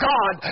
God